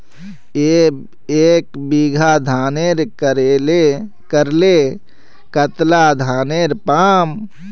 एक बीघा धानेर करले कतला धानेर पाम?